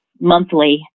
monthly